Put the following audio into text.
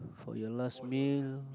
for your last meal